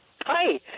Hi